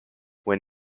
when